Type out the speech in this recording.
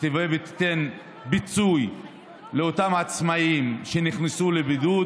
ותבוא ותיתן פיצוי לאותם עצמאים שנכנסו לבידוד